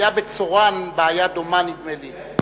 היתה בצורן בעיה דומה, נדמה לי.